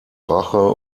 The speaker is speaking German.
rache